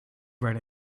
write